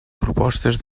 propostes